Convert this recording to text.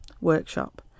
workshop